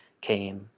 came